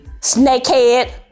snakehead